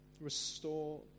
restore